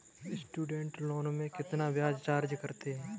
Student loan में कितना ब्याज चार्ज करते हैं?